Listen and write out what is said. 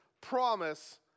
promise